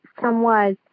somewhat